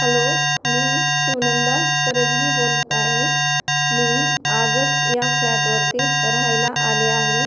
hello मी शिवनंदा करजगी बोलत आहे मी आजच या फ्लॅटवरती राहायला आले आहे